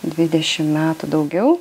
dvidešim metų daugiau